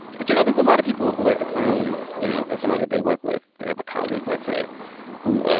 but, you know, there's a lot of people who like to claim, you know, that somebody they work with they have a colleague, let's say who,